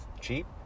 Cheap